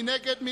מי נגד?